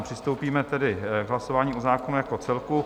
Přistoupíme tedy k hlasování o zákonu jako celku.